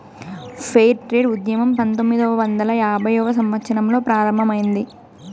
fair trade ఉద్యమం పంతొమ్మిదవ వందల యాభైవ సంవత్సరంలో ప్రారంభమైంది